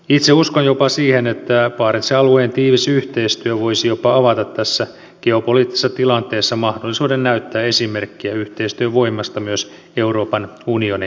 itse uskon jopa siihen että barentsin alueen tiivis yhteistyö voisi jopa avata tässä geopoliittisessa tilanteessa mahdollisuuden näyttää esimerkkiä yhteistyön voimasta myös euroopan unionin suuntaan